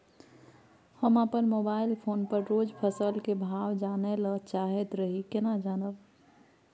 हम अपन mobile phone पर रोज फसल के भाव जानय ल चाहैत रही केना जानब?